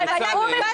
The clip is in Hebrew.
הוא מסיים